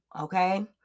Okay